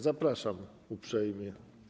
Zapraszam uprzejmie.